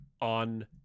on